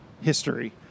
history